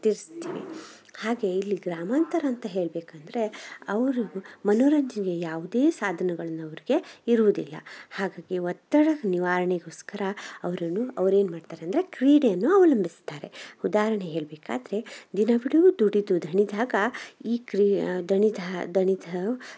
ತಿರ್ಸ್ತಿವಿ ಹಾಗೆ ಇಲ್ಲಿ ಗ್ರಾಮಾಂತರ ಅಂತ ಹೇಳಬೇಕಂದ್ರೆ ಅವರು ಮನೋರಂಜನೆ ಯಾವುದೆ ಸಾಧನಗಳನ್ನು ಅವರಿಗೆ ಇರುವುದಿಲ್ಲ ಹಾಗಾಗಿ ಒತ್ತಡ ನಿವಾರಣೆಗೋಸ್ಕರ ಅವರನ್ನು ಅವ್ರೇನು ಮಾಡ್ತಾರಂದ್ರೆ ಕ್ರೀಡೆಯನ್ನು ಅವಲಂಬಿಸ್ತಾರೆ ಉದಾಹರಣೆ ಹೇಳಬೇಕಾದ್ರೆ ದಿನವಿಡಿ ದುಡಿದು ದಣಿದಾಗ ಈ ಕ್ರಿಯೆ ದಣಿದ ದಣಿದು